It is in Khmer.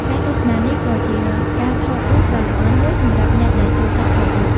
ការទស្សនានេះក៏ជាការថតរូបដ៏ល្អមួយសម្រាប់អ្នកដែលចូលចិត្តថតរូប។